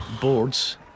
boards